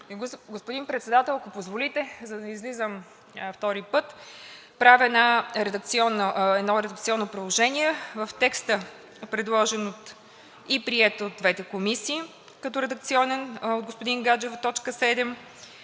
Господин Председател, ако позволите, за да не излизам втори път, правя едно редакционно предложение: в текста, предложен и приет от двете комисии, като редакционен, от господин Гаджев, в точка 7,